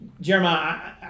Jeremiah